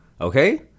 Okay